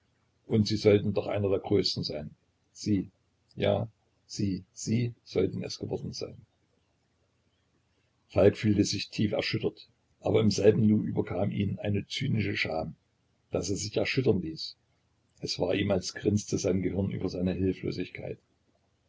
und sie sollten doch einer der größten sein sie ja sie sie sollten es geworden sein falk fühlte sich tief erschüttert aber im selben nu überkam ihn eine zynische scham daß er sich erschüttern ließ es war ihm als grinste sein gehirn über seine hilflosigkeit